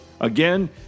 Again